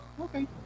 okay